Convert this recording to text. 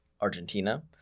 Argentina